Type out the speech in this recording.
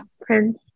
Prince